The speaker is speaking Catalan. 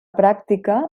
pràctica